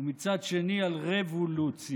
ומצד שני על רבולוציה,